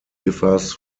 differs